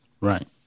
Right